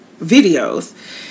videos